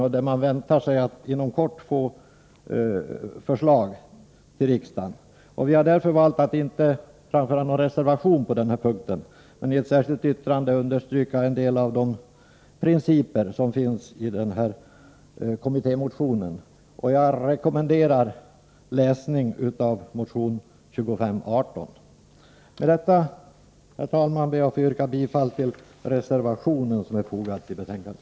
Det gäller sådana saker som man väntar sig att regeringen inom kort skall lägga fram förslag om. Vi har därför valt att inte avge någon reservation i detta sammanhang. I stället tar vi i ett särskilt yttrande fasta på en del av de principer som återfinns i motion 2518. Jag rekommenderar kammarens ledamöter att läsa motion 2518. Med detta, herr talman, yrkar jag bifall till reservationen i detta betänkande.